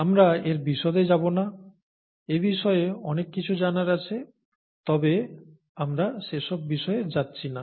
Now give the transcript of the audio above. আমরা এর বিশদে যাব না এবিষয়ে অনেক কিছু জানার আছে তবে আমরা সেসব বিষয়ে যাচ্ছি না